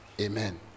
amen